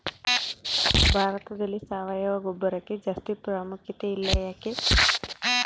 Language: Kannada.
ಭಾರತದಲ್ಲಿ ಸಾವಯವ ಗೊಬ್ಬರಕ್ಕೆ ಜಾಸ್ತಿ ಪ್ರಾಮುಖ್ಯತೆ ಇಲ್ಲ ಯಾಕೆ?